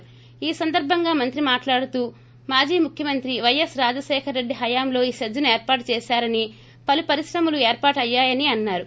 ే ఈ సందర్బంగా మంత్రి మాట్లాడుతూ మాజీ ముఖ్యమంత్రి పైఎస్ రాజశేఖర్ రెడ్డి హయాంలో ఈ సెజ్ ను ఏర్పాటు చేశారని పలు పరిశ్రమలు ఏర్పాటు అయ్యాయని అన్నారు